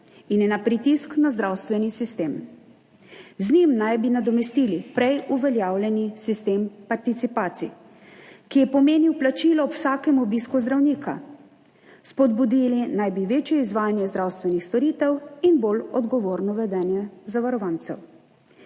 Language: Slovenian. in je pritisk na zdravstveni sistem. Z njim naj bi nadomestili prej uveljavljeni sistem participacij, ki je pomenil plačilo ob vsakem obisku zdravnika, spodbudili naj bi večje izvajanje zdravstvenih storitev in bolj odgovorno vedenje zavarovancev.